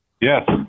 Yes